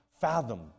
fathom